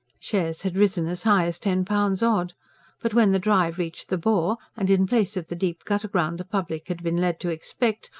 shares had risen as high as ten pounds odd but when the drive reached the bore and, in place of the deep gutter-ground the public had been led to expect,